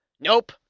Nope